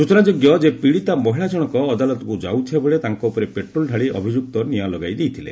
ସ୍ବଚନାଯୋଗ୍ୟ ଯେ ପୀଡ଼ିତା ମହିଳା ଜଣଙ୍କ ଅଦାଲତକୁ ଯାଉଥିବା ବେଳେ ତାଙ୍କ ଉପରେ ପେଟ୍ରୋଲ୍ ଡ଼ାଳି ଅଭିଯୁକ୍ତ ନିଆଁ ଲଗାଇ ଦେଇଥିଲେ